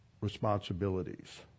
responsibilities